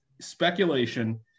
speculation